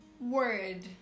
word